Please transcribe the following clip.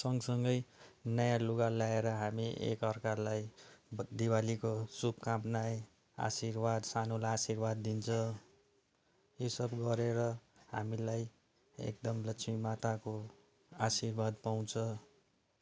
सँगसँगै नयाँ लुगा लाएर हामी एकअर्कालाई दिवालीको शुभकामना आशीर्वाद सानोलाई आशीर्वाद दिन्छ यो सब गरेर हामीलाई एकदम लक्ष्मी माताको आशीर्वाद पाउँछ